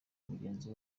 mugenzi